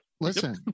Listen